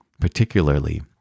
particularly